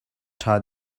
ṭha